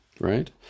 Right